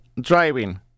driving